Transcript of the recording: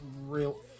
real